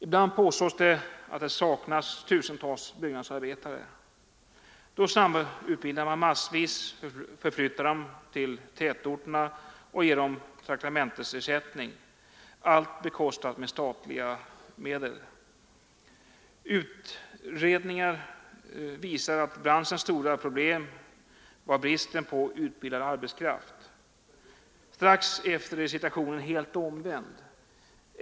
Ibland påstås det att det saknas tusentals byggnadsarbetare. Då snabbutbildar man massvis, förflyttar dem till tätorterna och ger dem traktamentsersättning — allt bekostat med statliga medel. Utredningar visar att branschens stora problem var bristen på utbildad arbetskraft. Strax efter är situationen helt omvänd.